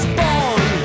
born